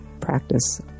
practice